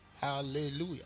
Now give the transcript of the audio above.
Hallelujah